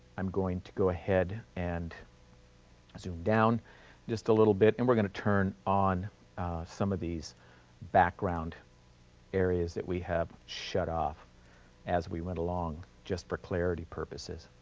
i'm going to go ahead and zoom down just a little bit and we're going to turn on some of these background areas that we have shut off as we went along, just for clarity purposes.